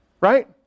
Right